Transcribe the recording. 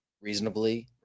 reasonably